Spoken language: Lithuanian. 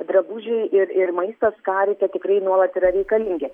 drabužiai ir ir maistas karite tikrai nuolat yra reikalingi